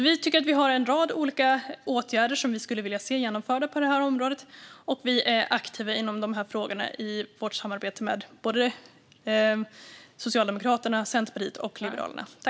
Vi tycker att vi har en rad olika åtgärder som vi skulle vilja se genomförda på detta område, och vi är aktiva inom dessa frågor i vårt samarbete med både Socialdemokraterna, Centerpartiet och Liberalerna.